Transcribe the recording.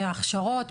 בהכשרות,